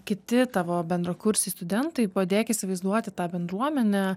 kiti tavo bendrakursiai studentai padėk įsivaizduoti tą bendruomenę